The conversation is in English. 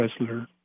wrestler